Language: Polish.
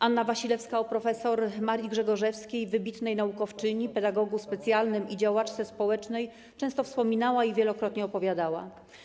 Anna Wasilewska o prof. Marii Grzegorzewskiej, wybitnej naukowczyni, pedagogu specjalnym i działaczce społecznej często wspominała i wielokrotnie opowiadała.